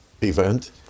event